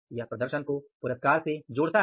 यह प्रदर्शन को पुरस्कार से जोड़ता है